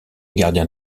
gardien